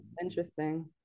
interesting